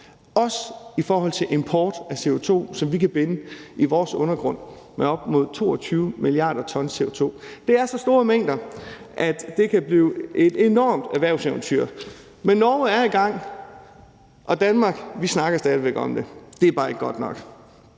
også i form af import af CO2, som vi kan binde i vores undergrund med op imod 22 mia. t CO2. Det er så store mængder, at det kan blive et enormt erhvervseventyr. Norge er i gang, men i Danmark snakker vi stadig væk om det. Det er bare ikke godt nok.